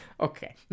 Okay